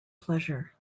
pleasure